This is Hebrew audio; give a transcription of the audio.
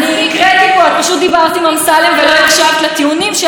אז השקר השלישי, שבג"ץ מוטה לטובת השמאל,